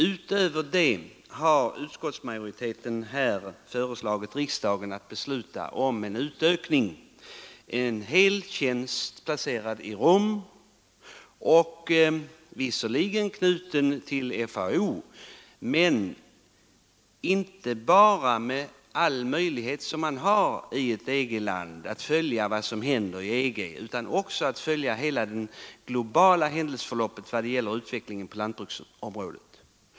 Utöver det har utskottsmajoriteten här föreslagit riksdagen att besluta om en utökning med en hel tjänst, placerad i Rom; visserligen är tjänsten förbunden med FAO men detta ger inte bara den möjlighet som man i ett EG-land har att följa utvecklingen i EG utan också möjlighet att följa hela det globala händelseförloppet på lantbruksområdet.